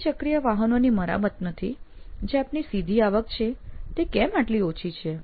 દ્વિ ચક્રીય વાહનોની મરામતમાંથી જે આપની સીધી આવક છે તે કેમ આટલી ઓછી છે